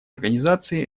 организации